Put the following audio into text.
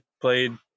played